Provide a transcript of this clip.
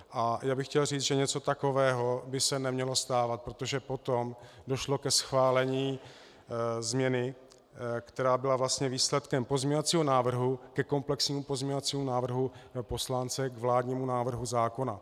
A já bych chtěl říct, že něco takového by se nemělo stávat, protože potom došlo ke schválení změny, která byla vlastně výsledkem pozměňovacího návrhu ke komplexnímu pozměňovacímu návrhu poslance k vládnímu návrhu zákona.